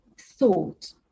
thought